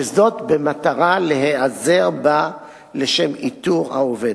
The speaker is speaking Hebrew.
במטרה להיעזר בה לשם איתור העובדת.